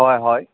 হয় হয়